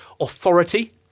authority